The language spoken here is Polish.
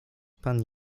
pan